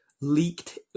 leaked